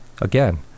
Again